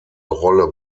rolle